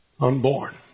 Unborn